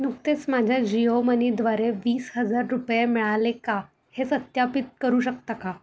नुकतेच माझ्या जिओ मनीद्वारे वीस हजार रुपये मिळाले का हे सत्यापित करू शकता का